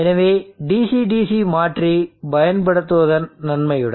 எனவே DC DC மாற்றி பயன்படுத்துவதன் நன்மையுடன்